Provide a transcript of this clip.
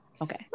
Okay